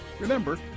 Remember